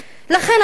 לכן אני חושבת,